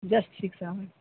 just six hours